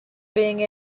being